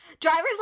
Driver's